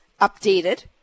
updated